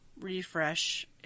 refresh